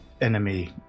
enemy